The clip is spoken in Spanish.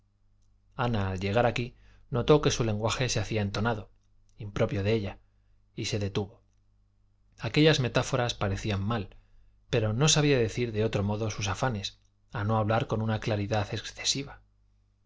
ana al llegar aquí notó que su lenguaje se hacía entonado impropio de ella y se detuvo aquellas metáforas parecían mal pero no sabía decir de otro modo sus afanes a no hablar con una claridad excesiva